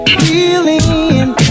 feeling